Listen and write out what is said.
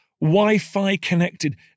Wi-Fi-connected